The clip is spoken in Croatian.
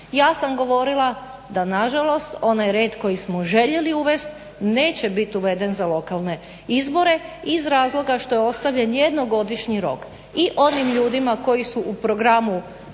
Ja sam govorila da na žalost onaj red koji smo željeli uvest neće bit uveden za lokalne izbore iz razloga što je ostavljen jednogodišnji rok i onim ljudima koji su u programu